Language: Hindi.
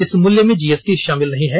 इस मूल्य में जीएसटी शामिल नहीं है